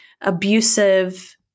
abusive